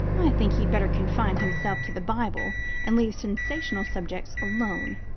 i think he'd better confine himself to the bible and leave sensational subjects alone.